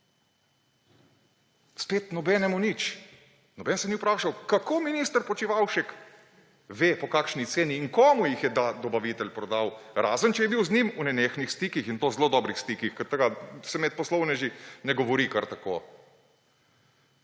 Spet nobenemu nič. Noben se ni vprašal, kako minister Počivalšek ve, po kakšni ceni in komu jih je dobavitelj prodal, razen če je bil z njim v nenehnih stikih, in to zelo dobrih stikih, ker tega se med poslovneži ne govori kar tako.